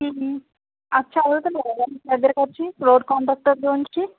అచ్చ అడుగుతున్నారా మీ దగ్గరికి వచ్చి రోడ్ కాంట్రాక్టర్ గురించి